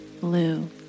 blue